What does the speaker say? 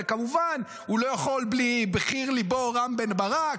וכמובן הוא לא יכול בלי בחיר ליבו רם בן ברק,